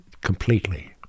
Completely